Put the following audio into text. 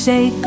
Say